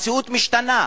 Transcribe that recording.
המציאות משתנה.